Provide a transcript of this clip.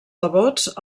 devots